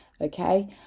Okay